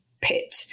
pit